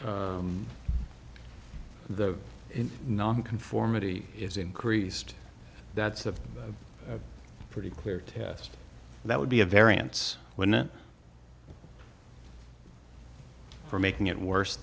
the nonconformity is increased that's a pretty clear test that would be a variance wouldn't for making it worse